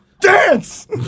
Dance